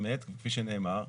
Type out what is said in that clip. כפי שנאמר,